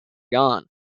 gone